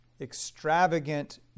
extravagant